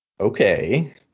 okay